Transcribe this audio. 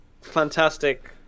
fantastic